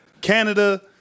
Canada